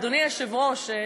אדוני היושב-ראש,